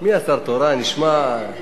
מי השר התורן, נשמע.